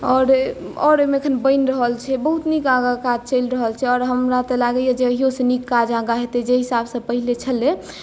आओर आओर ओहिमे एखन बनि रहल छै बहुत नीक आगाँ काज चलि रहल छै आओर हमरा तऽ लागैए जे अहियोसँ नीक काज आगाँ हेतै जाहि हिसाबसँ पहिले छलै